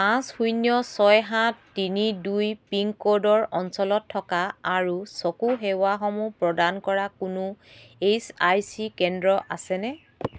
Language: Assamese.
পাঁচ শূন্য ছয় সাত তিনি দুই পিনক'ডৰ অঞ্চলত থকা আৰু চকু সেৱাসমূহ প্ৰদান কৰা কোনো ই এছ আই চি কেন্দ্ৰ আছেনে